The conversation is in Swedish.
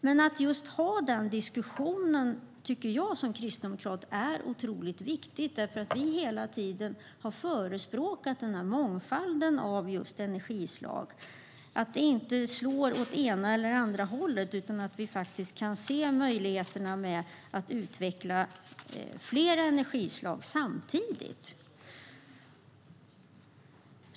Jag som kristdemokrat tycker att det är otroligt viktigt att föra den diskussionen, eftersom vi hela tiden har förespråkat mångfalden av energislag. Det får inte slå åt ena eller andra hållet, utan man måste se möjligheterna att utveckla flera energislag samtidigt.